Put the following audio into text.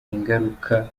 ingaruka